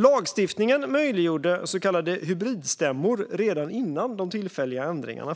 Lagstiftningen möjliggjorde så kallade hybridstämmor redan före de tillfälliga ändringarna.